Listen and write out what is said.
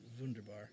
wunderbar